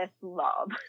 love